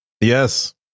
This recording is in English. Yes